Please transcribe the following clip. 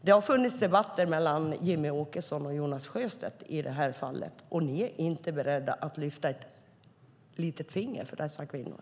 Det har förts debatter mellan Jimmie Åkesson och Jonas Sjöstedt i den här frågan, och ni är inte beredda att lyfta ett litet finger för dessa kvinnor.